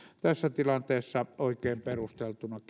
tässä tilanteessa oikein perusteltuna